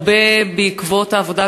הרבה בעקבות העבודה,